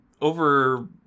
over